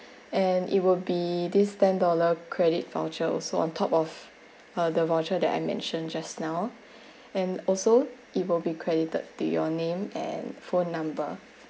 and it will be this ten dollar credit voucher also on top of the voucher that I mentioned just now and also it will be credited to your name and phone number